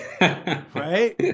Right